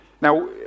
Now